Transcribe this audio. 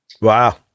Wow